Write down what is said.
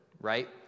right